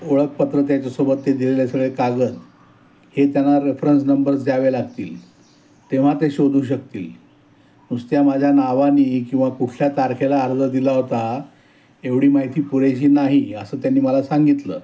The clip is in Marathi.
ओळखपत्र त्याच्यासोबत ते दिलेले सगळे कागद हे त्यांना रेफरन्स नंबर्स द्यावे लागतील तेव्हा ते शोधू शकतील नुसत्या माझ्या नावाने किंवा कुठल्या तारखेला अर्ज दिला होता एवढी माहिती पुरेशी नाही असं त्यांनी मला सांगितलं